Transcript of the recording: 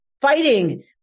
fighting